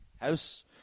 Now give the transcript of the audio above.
House